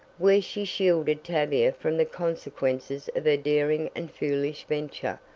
where she shielded tavia from the consequences of her daring and foolish venture,